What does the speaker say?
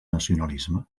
nacionalisme